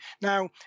Now